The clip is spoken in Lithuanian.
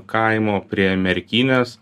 kaimo prie merkinės